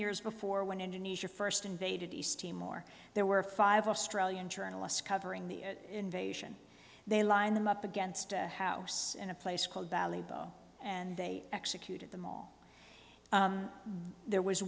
years before when indonesia first invaded east timor there were five australian journalists covering the invasion they lined them up against a house in a place called valley bow and they executed them all there was